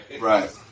Right